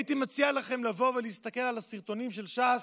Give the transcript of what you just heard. הייתי מציע לכם לבוא ולהסתכל על הסרטונים של ש"ס,